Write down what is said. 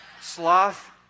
Sloth